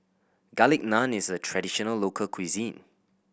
Garlic Naan is a traditional local cuisine